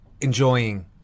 enjoying